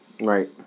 Right